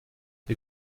der